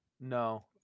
No